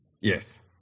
Yes